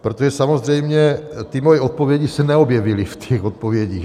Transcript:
Protože samozřejmě ty moje odpovědi se neobjevily v těch odpovědích.